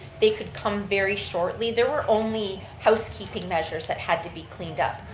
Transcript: they could come very shortly. they were only housekeeping measures that had to be cleaned up.